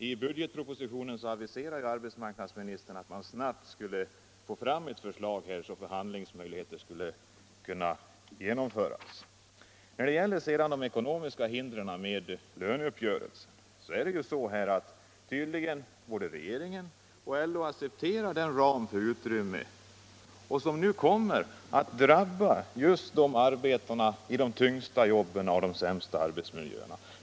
I budgetpropositionen aviserade ju arbetsmarknadsministern att man snabbt skulle få fram ett förslag, så att förhandlingarna skulle kunna genomföras. När det gäller de ekonomiska hindren för löneuppgörelsen, så accepterar tydligen både regeringen och LO den ram som det är fråga om, vilket nu kommer att drabba just arbetarna i de tyngsta jobben och de sämsta arbetsmiljöerna.